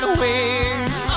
wings